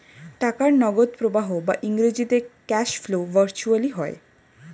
টাকার নগদ প্রবাহ বা ইংরেজিতে ক্যাশ ফ্লো ভার্চুয়ালি হয়